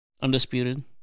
Undisputed